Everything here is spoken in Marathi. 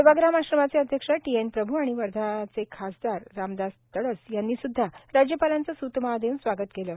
सेवाग्राम आश्रमाचे अध्यक्ष टी एन प्रभू आणि वर्धाचे खासदार रामदास तडस यांनी सुदधा राज्यपालांचे सुत माळ देऊन स्वागत केले